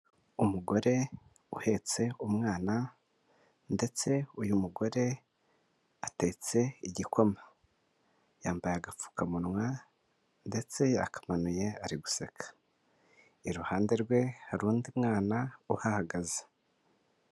umugore uhetse umwana, ndetse uyu mugore atetse igikoma, yambaye agapfukamunwa, ndetse yakamanuye ari guseka, iruhande rwe hari undi mwana uhahagaze.